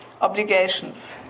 obligations